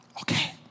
okay